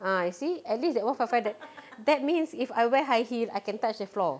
ah you see at least that [one] five five there that means if I wear high heel I can touch the floor